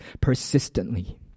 persistently